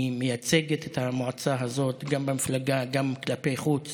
היא מייצגת את המועצה הזאת גם במפלגה, גם כלפי חוץ